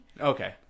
okay